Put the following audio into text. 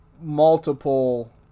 multiple